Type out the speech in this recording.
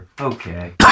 okay